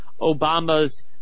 Obama's